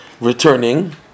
returning